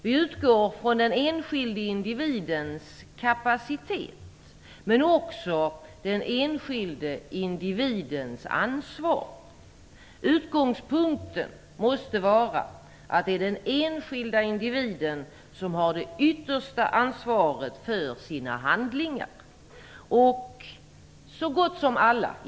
Vi utgår från den enskilde individens kapacitet men också från den enskilde individens ansvar. Utgångspunkten måste vara att det är den enskilde individen som har det yttersta ansvaret för sina handlingar.